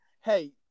hey